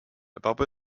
above